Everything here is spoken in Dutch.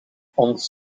ons